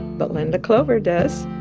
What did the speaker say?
but linda clover does